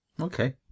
Okay